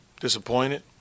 Disappointed